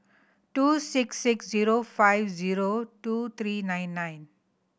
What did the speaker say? two six six zero five zero two three nine nine